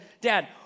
Dad